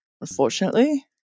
Unfortunately